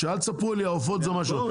אל תספרו לי העופות זה מה.